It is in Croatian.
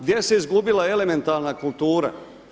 Gdje se izgubila elementarna kultura?